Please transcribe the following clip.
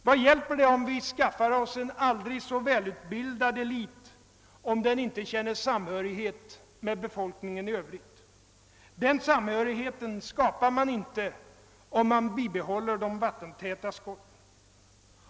Vad hjälper det om vi skaffar oss en aldrig så välutbildad elit, om den inte känner samhörighet med befolkningen i övrigt? Denna samhörighet skapar man inte om man bibehåller de vattentäta skotten.